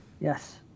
Yes